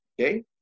okay